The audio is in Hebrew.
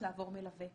לעבור מלווה.